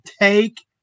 take